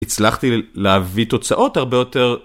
הצלחתי להביא תוצאות הרבה יותר.